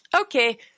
Okay